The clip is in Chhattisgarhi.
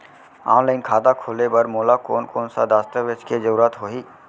ऑनलाइन खाता खोले बर मोला कोन कोन स दस्तावेज के जरूरत होही?